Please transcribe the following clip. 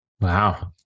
Wow